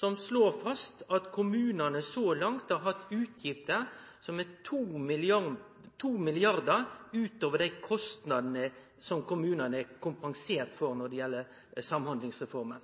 Han slår fast at kommunane så langt har hatt utgifter som er 2 mrd. kr utover dei kostnadane som kommunane er kompenserte for når det gjeld Samhandlingsreforma.